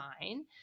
fine